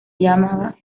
llamaba